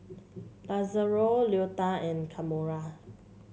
Lazaro Leota and Kamora